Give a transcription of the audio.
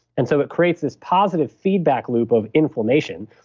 and so it creates this positive feedback loop of information,